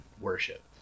worship